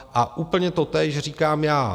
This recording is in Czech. A úplně totéž říkám já.